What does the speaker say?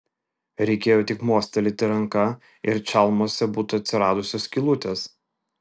reikėjo tik mostelėti ranka ir čalmose būtų atsiradusios skylutės